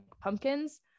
pumpkins